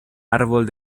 árbol